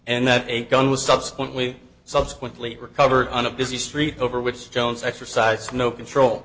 and that a gun was subsequently subsequently recovered on a busy street over which jones exercised no control